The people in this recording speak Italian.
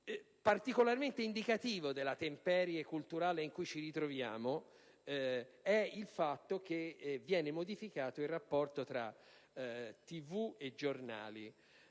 Particolarmente indicativo della temperie culturale in cui ci troviamo è il fatto che viene modificato il rapporto tra televisione e giornali.